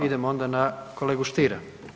Idemo onda na kolegu Stiera.